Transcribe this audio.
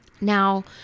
now